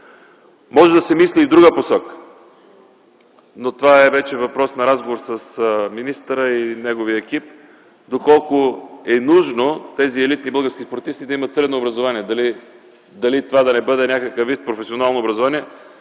Може да се мисли и в друга посока, но това е вече въпрос на разговор с министъра и неговия екип – доколко е нужно тези елитни български спортисти да имат средно образование. Дали това да не бъде някакъв вид професионално образование.